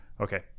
Okay